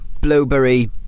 Blueberry